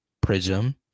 prism